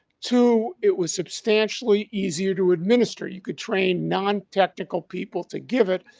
two, it was substantially easier to administer. you could train non-technical people to give it,